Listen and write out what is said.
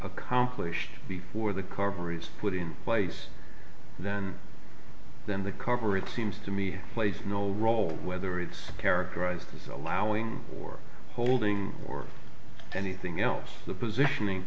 accomplished before the cover is put in place then then the cover it seems to me plays no role whether it's characterized disallowing or holding or anything else the positioning